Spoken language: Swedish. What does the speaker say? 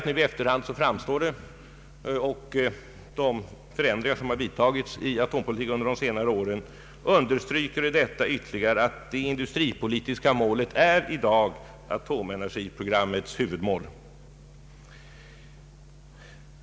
Nu i efterhand understryker de förändringar som vidtagits i atompolitiken under de senare åren ytterligare att det industripolitiska målet i dag är atomenergiprogrammets huvudmål.